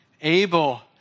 Abel